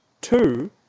Two